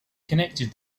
connected